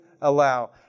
allow